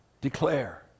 declare